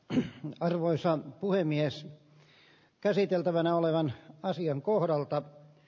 yhä aivoissaan puhemies on käsiteltävänä olevan asian kohdalta